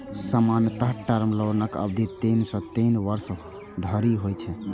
सामान्यतः टर्म लोनक अवधि तीन सं तीन वर्ष धरि होइ छै